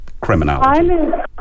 criminality